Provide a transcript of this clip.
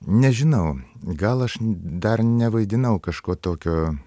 nežinau gal aš dar nevaidinau kažko tokio